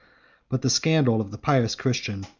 but the scandal of the pious christian,